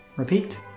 Repeat